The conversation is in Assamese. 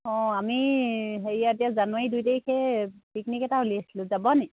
অঁ আমি হেৰি এতিয়া জানুৱাৰী দুই তাৰিখে পিকনিক এটা উলিয়াইছিলোঁ যাব নেকি